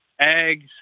eggs